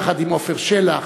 יחד עם עפר שלח,